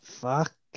Fuck